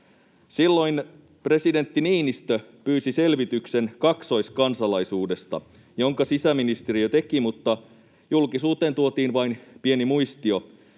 Silloin presidentti Niinistö pyysi selvityksen kaksoiskansalaisuudesta, jonka sisäministeriö teki, mutta julkisuuteen tuotiin vain pieni muistio.